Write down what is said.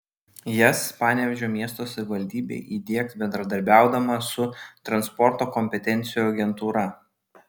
jas panevėžio miesto savivaldybė įdiegs bendradarbiaudama su transporto kompetencijų agentūra